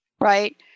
right